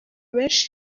benshi